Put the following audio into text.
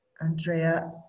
Andrea